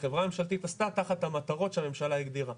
שחברה ממשלתית עשתה, תחת המטרות שהממשלה הגדירה.